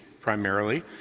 primarily